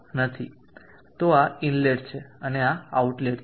તો આ ઇનલેટ છે અને આ આઉટલેટ છે